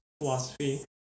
philosophy